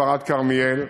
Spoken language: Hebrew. עד כרמיאל.